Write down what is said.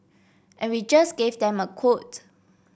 and we just gave them a quote